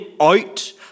out